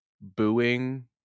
booing